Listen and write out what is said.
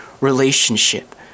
relationship